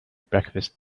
breakfast